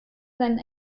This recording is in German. seinen